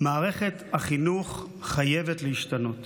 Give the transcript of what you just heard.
מערכת החינוך חייבת להשתנות